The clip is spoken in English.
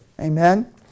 Amen